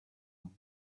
own